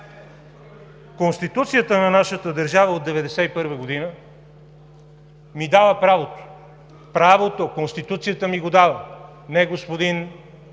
Конституцията на нашата държава от 1991 г. ми дава правото – правото Конституцията ми го дава, не господин